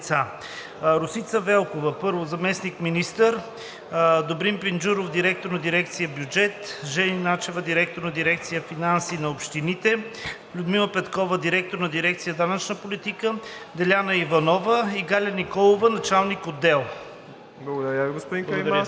Благодаря, господин Каримански.